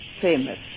famous